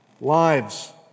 lives